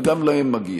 וגם להם מגיע.